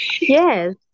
Yes